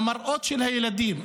המראות של הילדים,